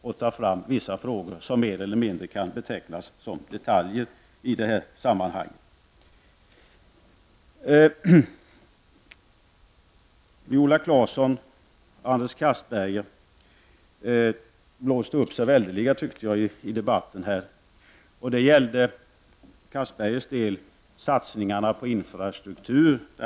Man tar fram vissa frågor som mer eller mindre kan betecknas som detaljer i det här sammanhanget. Viola Claesson och Anders Castberger blåste upp sig väldigt i debatten, tycker jag, i debatten. För Anders Castbergs del gällde det satsningarna på infrastruktur.